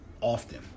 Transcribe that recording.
often